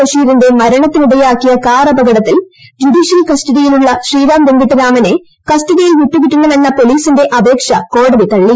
ബഷീറിന്റെ മരണത്തിനിടയാക്കിയ കാർ അപക്ടിത്തീൽ ജൂഡീഷ്യൽ കസ്റ്റഡിയിലുള്ള ശ്രീറാം വെങ്കിട്ടരാമനെ കസ്റ്റഡിയിൽ പിട്ടുകിട്ടണമെന്ന പോലീസിന്റെ അപേക്ഷ കോടതി തള്ളി